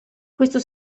questo